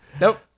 Nope